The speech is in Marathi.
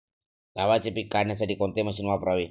गव्हाचे पीक काढण्यासाठी कोणते मशीन वापरावे?